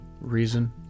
reason